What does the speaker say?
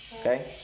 okay